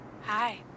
Hi